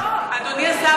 אדוני השר,